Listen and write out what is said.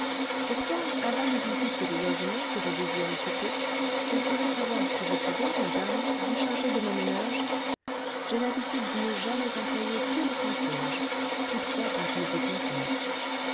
pourtant avant de visiter le logement que je désire occuper je voudrais savoir si vous pouvez madame vous charger de mon ménage j'ai l'habitude de ne jamais employer que les concierges toutefois quand ils y consentent